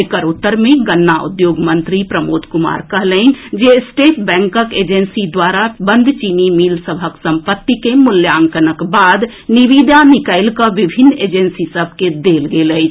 एकर उत्तर मे गन्ना उद्योग मंत्री प्रमोद कुमार कहलनि जे स्टेट बैंकक एजेंसी द्वारा बंद चीनी मिल सभक सम्पत्ति के मूल्यांकनक बाद निविदा निकालि कऽ विभिन्न एजेंसी सभ के देल गेल अछि